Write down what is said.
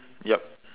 yup